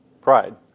Pride